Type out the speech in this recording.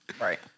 Right